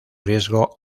riesgo